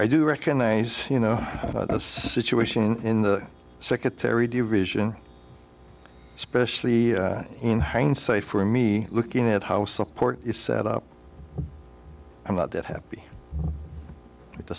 i do recognize you know the situation in the secretary division especially in hindsight for me looking at how support is set up i'm not that happy with the